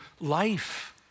life